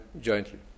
jointly